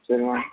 சரிம்மா